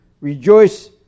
Rejoice